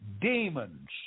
Demons